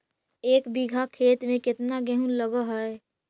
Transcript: एक बिघा खेत में केतना गेहूं लग है?